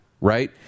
right